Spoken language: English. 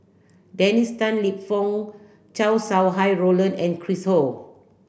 Dennis Tan Lip Fong Chow Sau Hai Roland and Chris Ho